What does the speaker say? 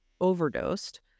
overdosed